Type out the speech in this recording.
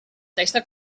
testa